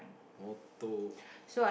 motor